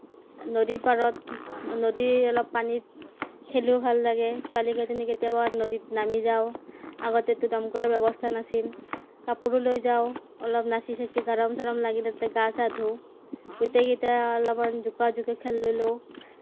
নদী পাৰত নদী অলপ পানীত খেলোঁ ভাল লাগে ছোৱালীকেইজনী কেতিয়াবা নদীত নামি যাওঁ আগতেতো দমকলৰ ব্যৱস্থা নাছিল কাপোৰো লৈ যাওঁ অলপ নাচি চাচি গৰম চৰম লাগিলে তাতে গা চা ধুওঁ গোটেইকেইটা অলপমান জোকোৱা জোকোৱি খেলিলোঁ